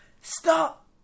Stop